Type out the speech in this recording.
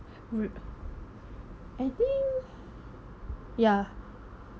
I think ya